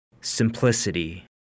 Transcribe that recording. simplicity